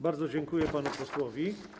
Bardzo dziękuję panu posłowi.